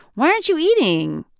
why aren't you eating?